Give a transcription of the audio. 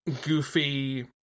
goofy